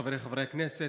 חבריי חברי הכנסת,